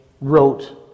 wrote